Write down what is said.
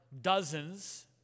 dozens